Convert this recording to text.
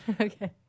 Okay